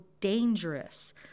dangerous